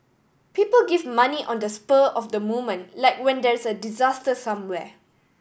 people give money on the spur of the moment like when there's a disaster somewhere